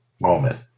moment